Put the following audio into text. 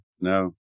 no